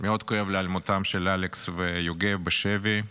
מאוד כואב לי על מותם של אלכס ויגב בשבי.